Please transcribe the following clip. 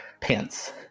pants